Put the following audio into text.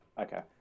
okay